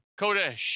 kodesh